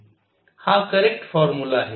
हा correct formula आहे